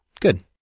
Good